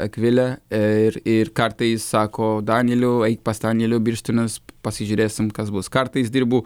akvile ir ir kartais sako daneliau eik pas danielių birštonas pasižiūrėsim kas bus kartais dirbu